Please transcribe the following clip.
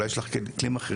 אולי יש לך כלים אחרים,